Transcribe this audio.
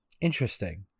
Interesting